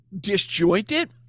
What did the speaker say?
disjointed